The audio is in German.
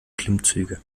klimmzüge